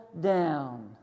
down